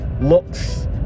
looks